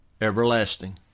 everlasting